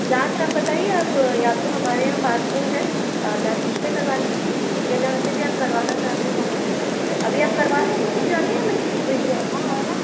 जहाँ से आप बताइये आप या तो हमारे यहाँ पास में ही हैं लैब उस में करवा लीजिये या जहाँ से भी आप करवाना चाहते हो वहाँ अभी आप करवा लो खुद जा के या में किसी को भेजूँ आप के साथ